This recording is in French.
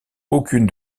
aucune